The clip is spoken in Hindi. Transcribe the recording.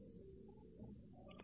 refer time 2028